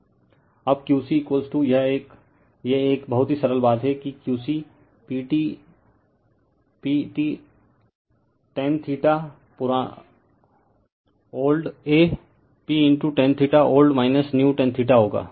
refer slide time 2736 अब Q c यह एक यह एक बहुत ही सरल बात है कि Q c PTan old a P tan old new tan होगा